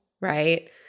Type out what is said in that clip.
right –